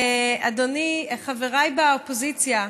חבריי באופוזיציה?